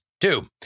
Two